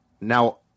Now